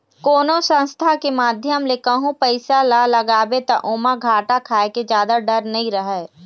कोनो संस्था के माध्यम ले कहूँ पइसा ल लगाबे ता ओमा घाटा खाय के जादा डर नइ रहय